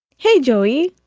hey, joey,